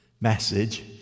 message